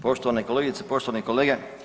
Poštovane kolegice, poštovane kolege.